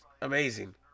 amazing